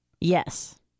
Yes